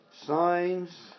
signs